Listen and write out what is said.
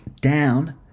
down